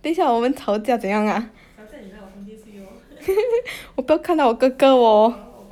等一下我们吵架怎样 ah 我不要看到我哥哥喔